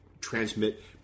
transmit